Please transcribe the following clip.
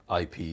IP